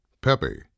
Pepe